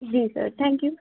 ji sir thank you